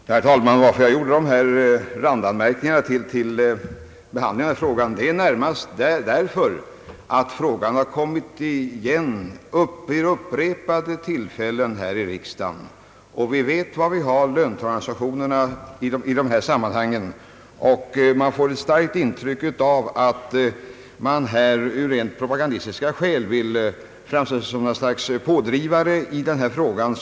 Herr talman! Jag gjorde mina randanmärkningar till behandlingen av detta ärende närmast därför att frågan har kommit igen i riksdagen vid upprepade tillfällen. Vi vet var löntagarorganisationerna står i dessa sammanhang, och man får ett starkt intryck av att motionärerna av rent propagandistiska skäl vill framstå som något slags pådrivare i denna fråga.